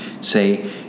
say